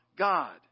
God